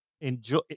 enjoy